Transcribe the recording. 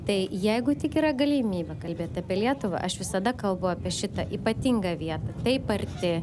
tai jeigu tik yra galimybė kalbėt apie lietuvą aš visada kalbu apie šitą ypatingą vietą taip arti